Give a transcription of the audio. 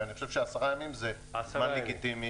ואני חושב שעשרה ימים זה זמן לגיטימי